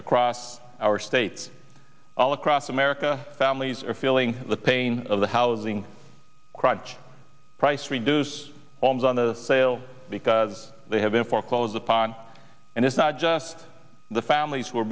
across our states all across america families are feeling the pain of the housing crunch priced reduce always on the sale because they have been foreclosed upon and it's not just the families w